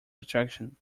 attraction